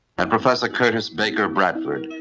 and professor curtis baker bradford,